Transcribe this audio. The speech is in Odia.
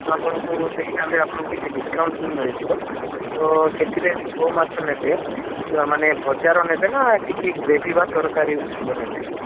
ଆପଣଙ୍କୁ ସେଇ ହିସାବରେ ଆପଣଙ୍କୁ କିଛି ଡିସ୍କାଉଣ୍ଟ ବି ମିଳିଯିବ ତ ସେଥିରେ ଯେଉଁ କଉ ମାଛ ନେବେ ମାନେ ଭଜାର ନେବେ ନା କିଛି ଗ୍ରେଭି ବା ତାରକାରୀର ନେବେ